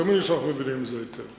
תאמינו לי שאנחנו מבינים את זה היטב.